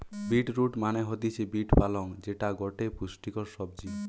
bit root মানে হতিছে beet পালং যেটা গটে পুষ্টিকর সবজি